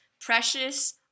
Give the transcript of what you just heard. precious